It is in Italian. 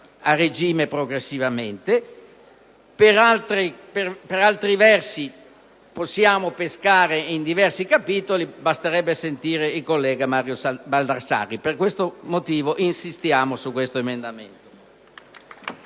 a regime progressivamente. Per altri versi, possiamo pescare in diversi capitoli, e basterebbe sentire il collega Mario Baldassarri. Per questo motivo, insistiamo su tale emendamento.